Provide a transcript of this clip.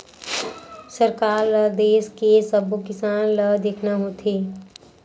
सरकार ल देस के सब्बो किसान ल देखना होथे